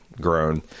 Grown